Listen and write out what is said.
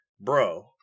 bro